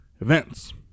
events